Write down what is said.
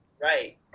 Right